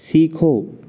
सीखो